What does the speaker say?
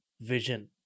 vision